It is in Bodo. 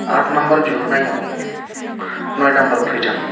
आट नाम्बार बिहरनायाव नय नाम्बार फैदों